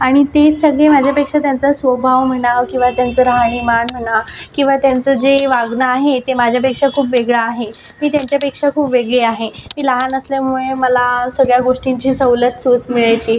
आणि ती सगळी माझ्यापेक्षा त्यांचा स्वभाव म्हणा किंवा त्यांचं राहणीमान म्हणा किंवा त्यांचं जे वागणं आहे ते माझ्यापेक्षा खूप वेगळं आहे मी त्यांच्यापेक्षा खूप वेगळी आहे मी लहान असल्यामुळे मला सगळ्या गोष्टींची सवलत सूट मिळते